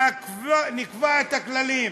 נקבע את הכללים,